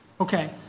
Okay